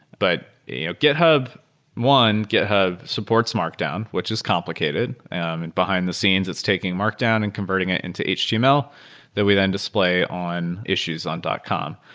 but github one, github supports markdown, which is complicated. and behind the scenes, it's taking markdown and converting it into html that we then display on issues on dot com.